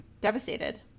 devastated